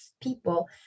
people